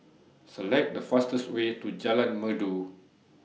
Select The fastest Way to Jalan Merdu